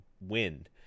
wind